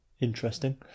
interesting